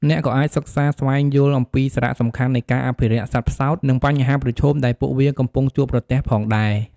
អ្នកក៏អាចសិក្សាស្វែងយល់អំពីសារៈសំខាន់នៃការអភិរក្សសត្វផ្សោត និងបញ្ហាប្រឈមដែលពួកវាកំពុងជួបប្រទះផងដែរ ។